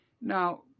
Now